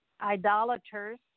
idolaters